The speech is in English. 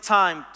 time